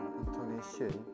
intonation